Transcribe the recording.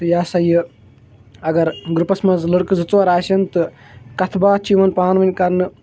تہٕ یہِ ہسا یہِ اگر گرُپَس منٛز لٔڑکہٕ زٕ ژور آسان تہٕ کَتھ باتھ چھِ یِوان پانہٕ ؤنۍ کَرنہٕ